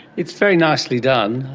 it's very nicely done.